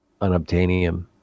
unobtainium